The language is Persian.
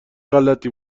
غلتی